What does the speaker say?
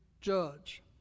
judge